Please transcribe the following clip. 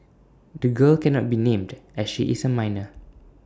the girl cannot be named as she is A minor